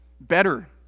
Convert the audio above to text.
better